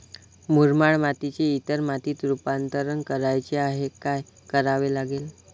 मुरमाड मातीचे इतर मातीत रुपांतर करायचे आहे, काय करावे लागेल?